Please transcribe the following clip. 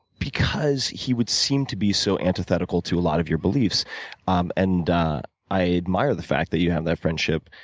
because he would seem to be so antithetical to a lot of your beliefs um and i admire the fact that you have that friendship.